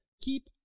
keep